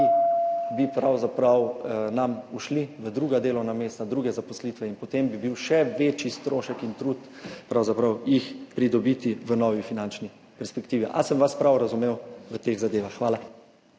ki bi nam pravzaprav ušli na druga delovna mesta, v druge zaposlitve, in potem bi bil še večji strošek in trud pridobiti jih v novi finančni perspektivi. Ali sem vas prav razumel v teh zadevah? Hvala.